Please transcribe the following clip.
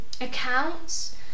accounts